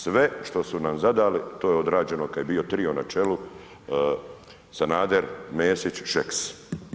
Sve što su nam zadali, to je odrađeno kad je bio trio na čelu Sanader, Mesić, Šeks.